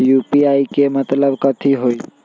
UPI के मतलब कथी होई?